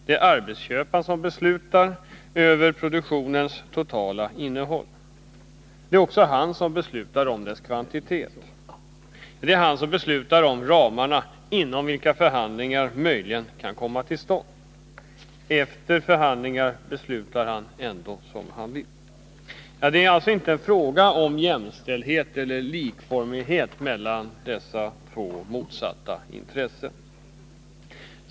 Det är arbetsköparen som beslutar över produktionens totala innehåll, och det är också han som beslutar om dess kvantitet. Det är han som beslutar om de ramar inom vilka förhandlingar möjligen kan komma till stånd. Efter förhandlingar beslutar han ändå som han vill. Det är alltså inte fråga om jämställdhet eller likformighet mellan dessa två motsatta intressen.